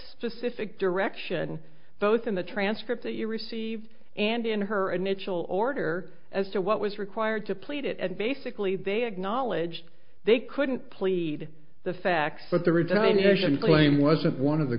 specific direction both in the transcript that you received and in her and mitchell order as to what was required to plead it and basically they acknowledged they couldn't plead the facts but the retardation claim wasn't one of the